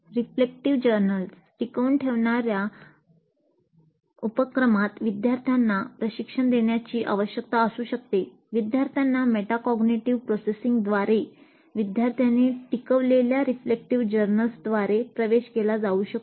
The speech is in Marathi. रिफ्लेक्टिव्ह जर्नल्स प्रवेश केला जाऊ शकतो